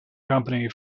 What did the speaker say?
company